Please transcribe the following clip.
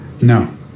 No